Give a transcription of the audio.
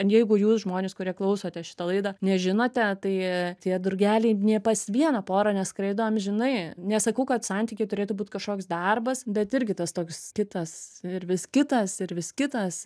jeigu jūs žmonės kurie klausote šitą laidą nežinote tai tie drugeliai nei pas vieną porą neskraido amžinai nesakau kad santykiai turėtų būt kažkoks darbas bet irgi tas toks kitas ir vis kitas ir vis kitas